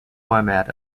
format